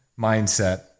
mindset